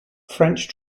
french